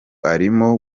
arimo